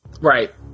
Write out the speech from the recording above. Right